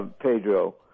Pedro